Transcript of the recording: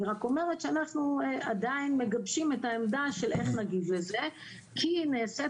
אני רק אומרת שאנחנו עדיין מגבשים את העמדה של איך נגיב לזה כי נעשית